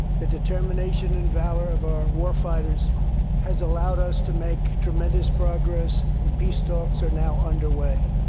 the determination and valor of our warfighters has allowed us to make tremendous progress, and peace talks are now under way.